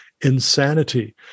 insanity